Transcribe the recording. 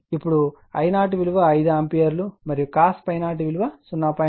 ఇప్పుడు I0 విలువ 5 ampere మరియు cos ∅0 విలువ 0